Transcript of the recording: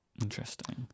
Interesting